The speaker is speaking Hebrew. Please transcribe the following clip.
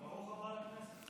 ברוך הבא לכנסת.